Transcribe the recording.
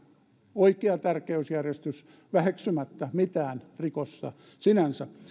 oikea tärkeysjärjestys väheksymättä mitään rikosta sinänsä